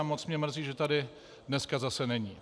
Moc mě mrzí, že tady dneska zase není.